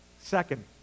Second